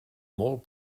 molt